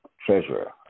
treasurer